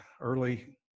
early